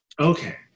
Okay